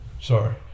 Sorry